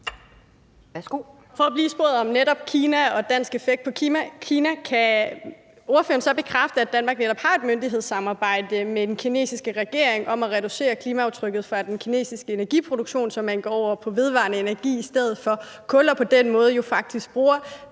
For at blive i sporet om netop Kina og dansk effekt på Kina, kan ordføreren så bekræfte, at Danmark netop har et myndighedssamarbejde med den kinesiske regering om at reducere klimaaftrykket fra den kinesiske energiproduktion, så man går over på vedvarende energi i stedet for kul og på den måde jo faktisk bruger